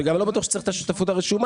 וגם לא בטוח שצריך את השותפות הרשומה,